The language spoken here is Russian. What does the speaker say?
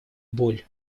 боль